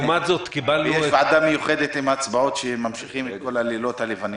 ויש ועדה מיוחדת עם הצבעות שבה ממשיכים את כל הלילות הלבנים.